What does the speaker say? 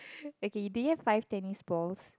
okay do you have five tennis balls